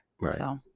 right